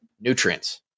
nutrients